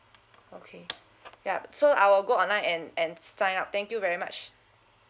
okay yup so I will go online and and sign up thank you very much